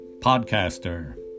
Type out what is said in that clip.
Podcaster